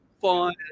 fun